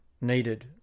needed